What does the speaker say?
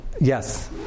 yes